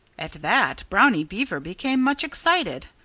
at that brownie beaver became much excited.